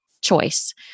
choice